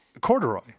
Corduroy